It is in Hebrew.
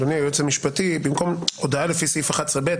אדוני היועץ המשפטי במקום "הודעה לפי סעיף 11ב",